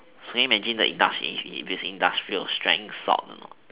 can you imagine the industrial if it is the industrial strength salt a not